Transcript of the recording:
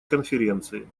конференции